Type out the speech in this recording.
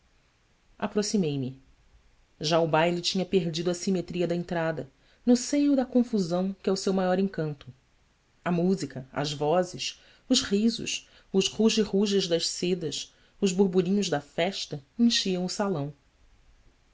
distância aproximei-me já o baile tinha perdido a simetria da entrada no seio da confusão que é o seu maior encanto a música as vozes os risos os ruge ruges das sedas os burburinhos da festa enchiam o salão